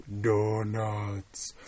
Donuts